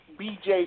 BJ